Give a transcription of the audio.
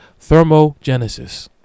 thermogenesis